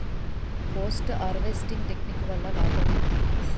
Post harvesting technique వల్ల లాభం ఏంటి?